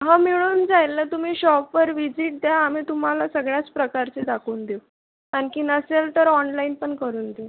हा मिळून जाईल ना तुम्ही शॉपवर व्हिजिट द्या आम्ही तुम्हाला सगळ्याच प्रकारचे दाखवून देऊ आणखीन नसेल तर ऑनलाईन पण करून देऊ